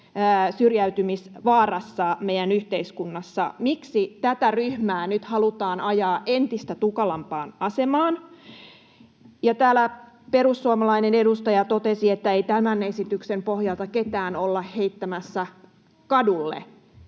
syrjäytymisvaarassa meidän yhteiskunnassa. Miksi tätä ryhmää nyt halutaan ajaa entistä tukalampaan asemaan? Täällä perussuomalainen edustaja totesi, että ei tämän esityksen pohjalta ketään olla heittämässä kadulle.